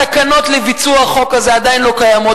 התקנות לביצוע החוק הזה עדיין לא קיימות,